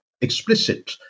explicit